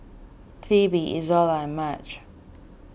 Pheobe Izola and Madge